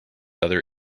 other